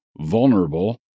vulnerable